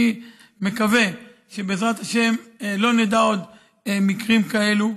אני מקווה שבעזרת השם לא נדע עוד מקרים כאלו.